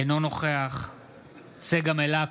אינו נוכח צגה מלקו,